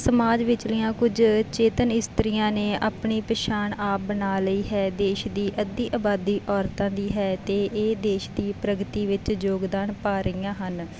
ਸਮਾਜ ਵਿੱਚਲੀਆਂ ਕੁਝ ਚੇਤਨ ਇਸਤਰੀਆਂ ਨੇ ਆਪਣੀ ਪਛਾਣ ਆਪ ਬਣਾ ਲਈ ਹੈ ਦੇਸ਼ ਦੀ ਅੱਧੀ ਆਬਾਦੀ ਔਰਤਾਂ ਦੀ ਹੈ ਅਤੇ ਇਹ ਦੇਸ਼ ਦੀ ਪ੍ਰਗਤੀ ਵਿੱਚ ਯੋਗਦਾਨ ਪਾ ਰਹੀਆਂ ਹਨ